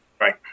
right